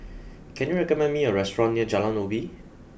can you recommend me a restaurant near Jalan Ubi